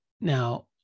Now